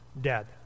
dead